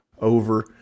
over